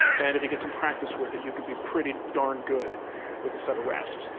and if you get some practice with it you could be pretty darn good with a set of rasps.